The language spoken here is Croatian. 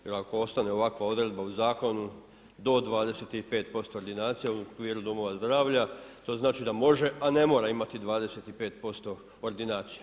Jer ako ostane ovakva odredba u zakonu do 25% ordinacija u okviru domova zdravlja, to znači da može, a i ne mora imati 25% ordinacija.